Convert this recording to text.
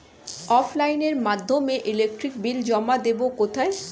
অফলাইনে এর মাধ্যমে ইলেকট্রিক বিল জমা দেবো কোথায়?